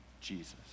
Jesus